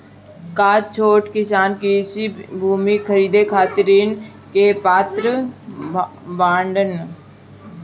का छोट किसान कृषि भूमि खरीदे खातिर ऋण के पात्र बाडन?